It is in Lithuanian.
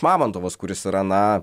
mamontovas kuris yra na